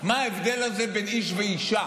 מה ההבדל הזה בין איש לאישה